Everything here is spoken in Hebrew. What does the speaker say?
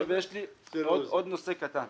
יש לי עוד נושא קטן.